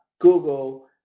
google